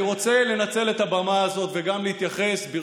אני רוצה לנצל את הבמה הזאת ולהתייחס גם,